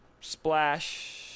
splash